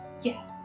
Yes